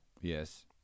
Yes